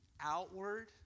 outward